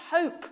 hope